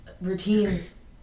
routines